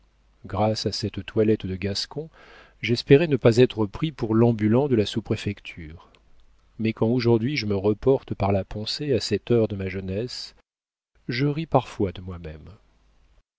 grâce à cette toilette de gascon j'espérais ne pas être pris pour l'ambulant de la sous-préfecture mais quand aujourd'hui je me reporte par la pensée à cette heure de ma jeunesse je ris parfois de moi-même